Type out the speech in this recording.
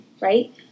Right